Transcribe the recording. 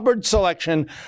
selection